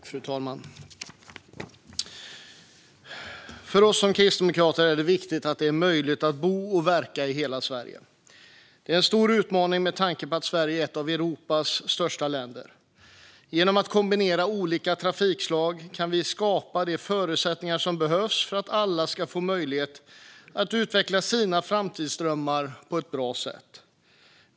Fru talman! För oss som kristdemokrater är det viktigt att det är möjligt att bo och verka i hela Sverige. Det är en stor utmaning med tanke på att Sverige är ett av Europas största länder. Genom att kombinera olika trafikslag kan vi skapa de förutsättningar som behövs för att alla ska få möjlighet att utveckla sina framtidsdrömmar på ett bra sätt.